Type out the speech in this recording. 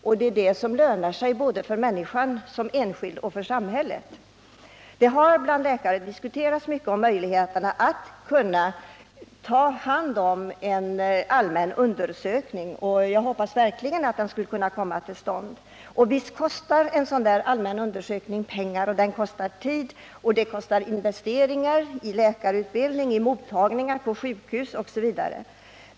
Det är också något som lönar sig både för den enskilda människan och för samhället. Möjligheterna att organisera en allmän undersökning av ögontrycket på alla över 40 år har diskuterats mycket bland läkare. Jag hoppas verkligen att det blir möjligt att få detta till stånd. Naturligtvis kostar en sådan allmän undersökning både tid och pengar. Det behövs investeringar i läkarutbildning, i mottagningar på sjukhusen osv.